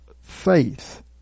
faith